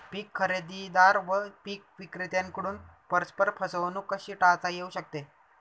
पीक खरेदीदार व पीक विक्रेत्यांकडून परस्पर फसवणूक कशी टाळता येऊ शकते?